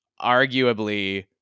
arguably